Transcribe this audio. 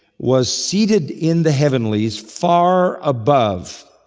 was seated in the heavenlies far above.